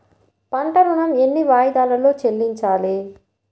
పంట ఋణం ఎన్ని వాయిదాలలో చెల్లించాలి?